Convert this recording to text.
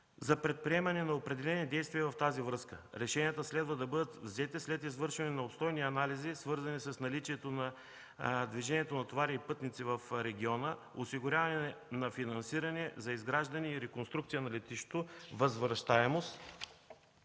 за предприемане на определени действия в тази връзка. Решенията следва да бъдат взети след извършване на обстойни анализи, свързани с наличието на движението на товари и пътници в региона, осигуряване на финансиране за изграждане и реконструкция на летището, възвръщаемост